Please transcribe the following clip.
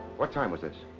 what time was this?